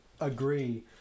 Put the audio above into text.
agree